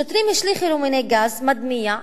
שוטרים השליכו רימוני גז מדמיע,